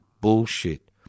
Bullshit